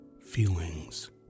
feelings